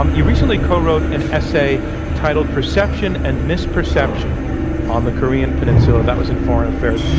um you recently co-wrote an essay titled, perception and misperception on the korean peninsula. that was in foreign affairs.